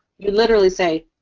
you literally say,